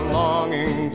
longing